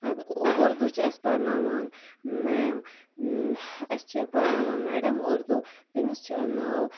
اَدٕ اُردو چھِ اَسہِ پَرناوان میم اَسہِ چھِ پَرناوان میڈَم اُردو تٔمِس چھُ ناو